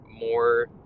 more